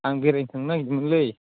आं बेरायनो थांनो नागिरदोंमोनलैै